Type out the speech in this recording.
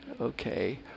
okay